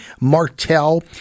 martell